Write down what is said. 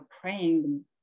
praying